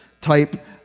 type